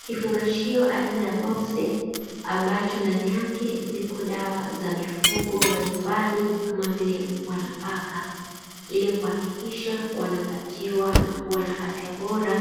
Kifungashio aina ya boksi, ambacho ndani yake zipo dawa za mifugo wa nyumbani kama vile mbwa na paka, ili kuhakikisha wanapatiwa na kuwa na afya bora